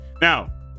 Now